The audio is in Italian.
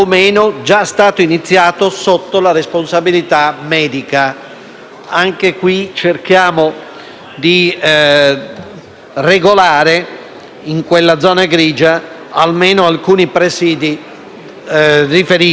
caso, cerchiamo di regolare, in quella zona grigia, almeno alcuni presidi riferiti al benessere della persona.